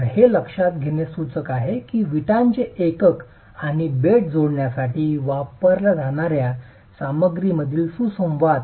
तर हे लक्षात घेणे सूचक आहे की विटांचे एकक आणि बेड जोडण्यासाठी वापरल्या जाणार्या सामग्रीमधील सुसंवाद